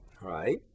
right